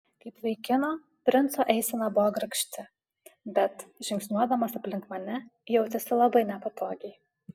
kaip vaikino princo eisena buvo grakšti bet žingsniuodamas aplink mane jautėsi labai nepatogiai